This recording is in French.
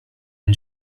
une